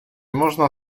można